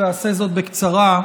ואעשה זאת בקצרה,